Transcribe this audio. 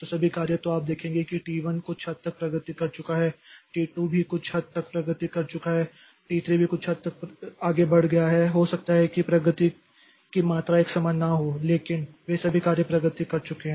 तो सभी कार्य तो आप देखेंगे कि T1 कुछ हद तक प्रगति कर चुका है T2 भी कुछ हद तक प्रगति कर चुका है T3 भी कुछ हद तक आगे बढ़ गया है तो हो सकता है कि प्रगति की मात्रा एक समान न हो लेकिन वे सभी कार्य प्रगति कर रहे हैं